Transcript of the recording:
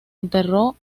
enterró